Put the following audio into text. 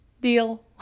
deal